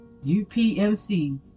UPMC